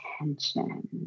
attention